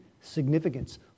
significance